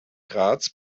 graz